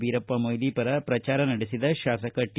ವೀರಪ್ಪ ಮೊಯ್ಲಿ ಪರ ಪ್ರಚಾರ ನಡೆಸಿದ ತಾಸಕ ಟಿ